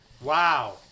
Wow